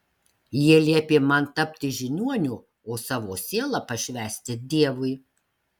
jie liepė man tapti žiniuoniu o savo sielą pašvęsti dievui